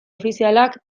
ofizialak